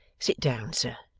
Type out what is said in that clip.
sit down, sir